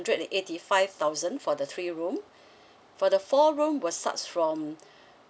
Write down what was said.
hundred and eighty five thousand for the three room for the four room will starts from um